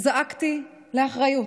וזעקתי לאחריות.